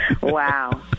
Wow